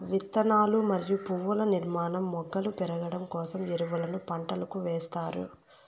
విత్తనాలు మరియు పువ్వుల నిర్మాణం, మొగ్గలు పెరగడం కోసం ఎరువులను పంటలకు ఎస్తారు